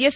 S